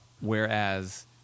Whereas